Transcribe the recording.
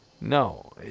No